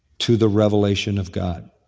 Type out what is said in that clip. to the revelation of god.